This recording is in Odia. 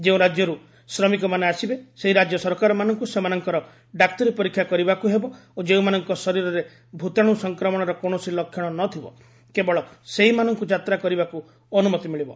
ଯେଉଁ ରାଜ୍ୟରୁ ଶ୍ରମିକମାନେ ଆସିବେ ସେହି ରାଜ୍ୟ ସରକାରମାନଙ୍କୁ ସେମାନଙ୍କର ଡାକ୍ତରୀ ପରୀକ୍ଷା କରିବାକୁ ହେବ ଓ ଯେଉଁମାନଙ୍କ ଶରୀରରେ ଭୂତାଣୁ ସଂକ୍ରମଣର କୌଣସି ଲକ୍ଷଣ ନ ଥିବ କେବଳ ସେହିମାନଙ୍କୁ ଯାତ୍ରା କରିବାକୁ ଅନୁମତି ମିଳିବ